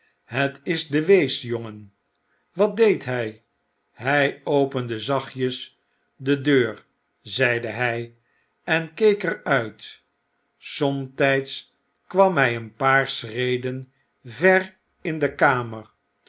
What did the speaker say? huis verbonden hetisde weesjongen wat deed hy hy opende zachtjes de deur zeide zy en keek er uit somtyds kwam hy een paar schreden ver in de kamer